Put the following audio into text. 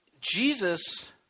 Jesus